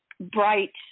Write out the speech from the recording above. bright